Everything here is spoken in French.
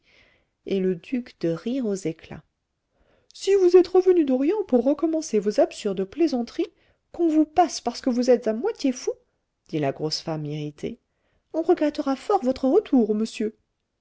et le duc de rire aux éclats si vous êtes revenu d'orient pour recommencer vos absurdes plaisanteries qu'on vous passe parce que vous êtes à moitié fou dit la grosse femme irritée on regrettera fort votre retour monsieur